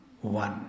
one